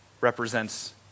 represents